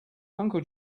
uncle